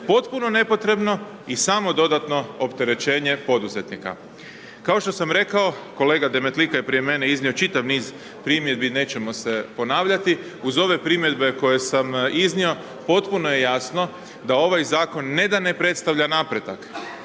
Potpuno nepotrebno i samo dodatno opterećenje poduzetnika. Kao što sam rekao, kolega Demetlika je prije mene iznio čitav niz primjedbi, nećemo se ponavljati, uz ove primjedbe koje sam iznio, potpuno je jasno da ovaj Zakon, ne da ne predstavlja napredak,